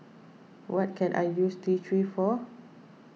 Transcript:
what can I use T three for